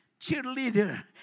cheerleader